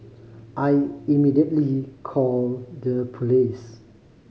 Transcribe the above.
I immediately called the police